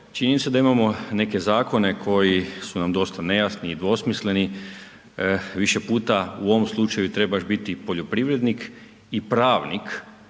činjenica je da imamo neke zakone koji su nam dosta nejasni i dvosmisleni, više puta u ovom slučaju trebaš biti poljoprivrednik i pravnik